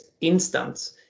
instant